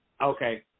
Okay